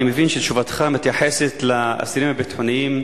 אני מבין שתשובתך מתייחסת לאסירים הביטחוניים,